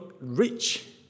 rich